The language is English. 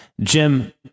Jim